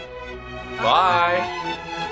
Bye